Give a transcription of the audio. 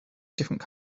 different